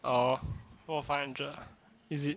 orh four five hundred ah is it